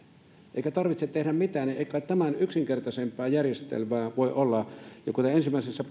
eikä tarvitse tehdä mitään ei kai tämän yksinkertaisempaa järjestelmää voi olla ja kuten ensimmäisessä